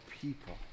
people